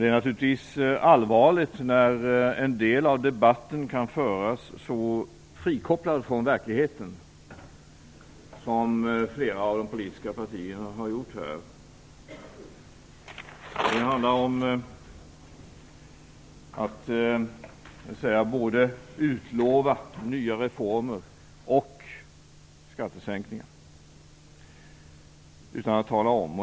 Det är naturligtvis allvarligt när en del av debatten kan föras så frikopplad från verkligheten som flera av de politiska partierna har gjort här. Det handlar om att både utlova nya reformer och skattesänkningar.